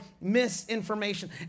misinformation